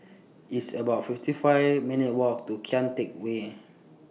It's about fifty five minutes' Walk to Kian Teck Way